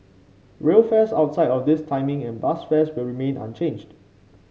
rail fares outside of this timing and bus fares will remain unchanged